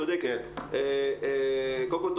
קודם כל,